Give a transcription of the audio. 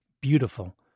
beautiful